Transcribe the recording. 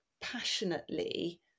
passionately